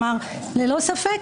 אמר "ללא ספק".